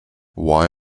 why